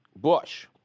bush